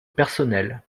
personnel